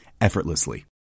effortlessly